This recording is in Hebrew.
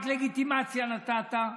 רק לגיטימציה נתת,